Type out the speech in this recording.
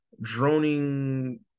droning